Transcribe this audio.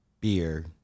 beer